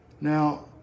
Now